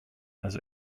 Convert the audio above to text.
also